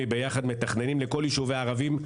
ישראל ביחד מתכננים לכל יישובי הערבים,